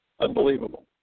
Unbelievable